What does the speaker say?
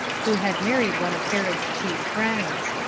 who had married one of herod's chief friends.